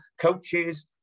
coaches